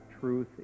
truth